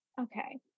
okay